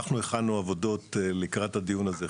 אנחנו הכנו עבודות לקראת הדיון הזה,